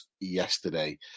yesterday